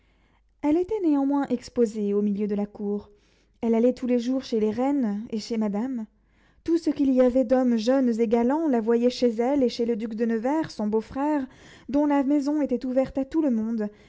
elle était néanmoins exposée au milieu de la cour elle allait tous les jours chez les reines et chez madame tout ce qu'il y avait d'hommes jeunes et galants la voyaient chez elle et chez le duc de nevers son beau-frère dont la maison était ouverte à tout le monde